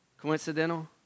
Coincidental